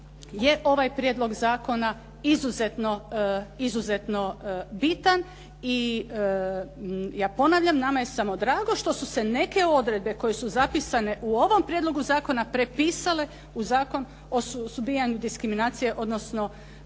ovaj prijedlog zakona izuzetno bitan. I ja ponavljam, nama je samo drago što su se neke odredbe koje su zapisane u ovom prijedlogu zakona prepisale u Zakon o suzbijanju diskriminacije odnosno